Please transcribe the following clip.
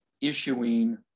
issuing